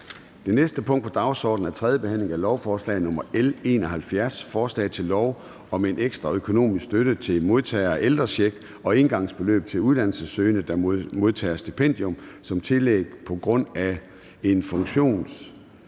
Det næste punkt på dagsordenen er: 8) 3. behandling af lovforslag nr. L 71: Forslag til lov om en ekstra økonomisk støtte til modtagere af ældrecheck og engangsbeløb til uddannelsessøgende, der modtager stipendium som tillæg på grund af en funktionsnedsættelse